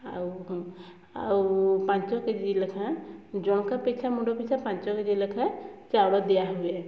ଆଉ ଆଉ ପାଞ୍ଚ କେଜି ଲେଖା ଜଣଙ୍କା ପିଛା ମୁଣ୍ଡ ପିଛା ପାଞ୍ଚ କେଜି ଲେଖା ଚାଉଳ ଦିଆ ହୁଏ